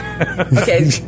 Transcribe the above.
Okay